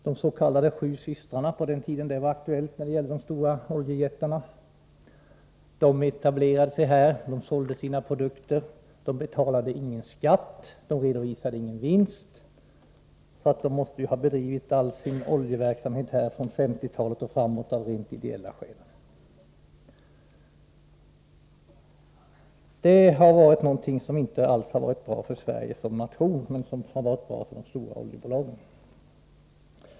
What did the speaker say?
De s.k. sju systrarna — på den tid då de var aktuella när det gällde de stora oljejättarna — etablerade sig här, sålde sina produkter, redovisade ingen vinst och betalade ingen skatt, så de måste ha bedrivit hela sin oljeverksamhet här från 1950-talet och framåt av rent ideella skäl. Det har inte alls varit bra för Sverige som nation, men det har varit bra för de stora oljebolagen.